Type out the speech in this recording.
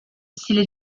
stile